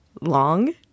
long